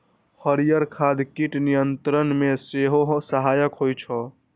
हरियर खाद कीट नियंत्रण मे सेहो सहायक होइ छै